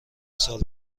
سال